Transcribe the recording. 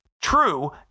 true